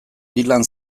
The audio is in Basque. dylan